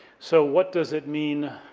so what does it mean